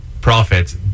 profits